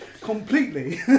Completely